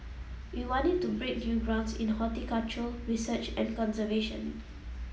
we want it to break new grounds in horticultural research and conservation